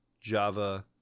Java